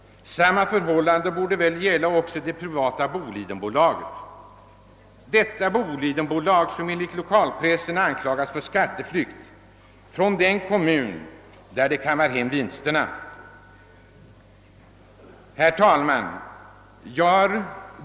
Det borde väl också det privatägda Bolidenbolaget göra, ett bolag som enligt lokalpressen anklagas för skatteflykt från den kommun där man kammar hem vinsterna. Herr talman!